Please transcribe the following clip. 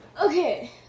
Okay